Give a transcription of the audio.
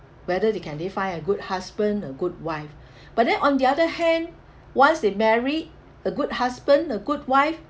whether they can they find a good husband a good wife but then on the other hand once they marry a good husband a good wife